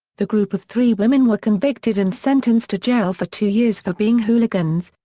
the group of three women were convicted and sentenced to jail for two years for being hooligans,